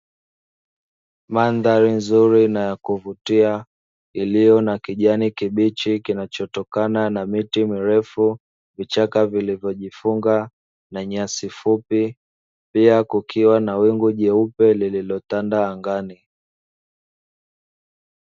Mandhari nzuri na ya kuvutia iliyo na kijani kibichi kinachotokana na miti mirefu, vichaka vilivyojifunga na nyasi fupi, pia kukiwa na wingu jeupe lililotanda angani.